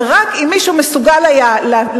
אבל רק אם מישהו מסוגל היה להבין,